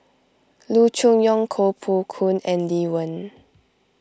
Loo Choon Yong Koh Poh Koon and Lee Wen